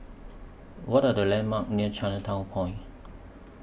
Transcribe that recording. What Are The landmarks near Chinatown Point